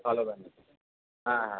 ভালো পাবেন হ্যাঁ হ্যাঁ